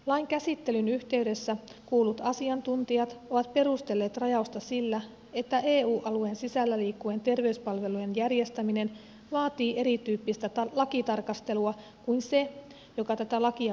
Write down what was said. lain käsittelyn yhteydessä kuullut asiantuntijat ovat perustelleet rajausta sillä että eu alueen sisällä liikkuvien terveyspalvelujen järjestäminen vaatii erityyppistä lakitarkastelua kuin se joka tätä lakia varten on nyt tehty